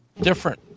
different